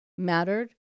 mattered